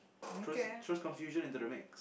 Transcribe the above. throws confusion into the max